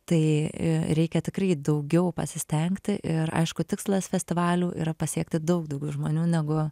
tai reikia tikrai daugiau pasistengti ir aišku tikslas festivalių yra pasiekti daug daugiau žmonių negu